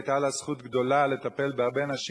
היתה לה זכות גדולה לטפל בהרבה נשים